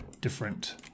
different